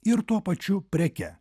ir tuo pačiu preke